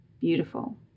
beautiful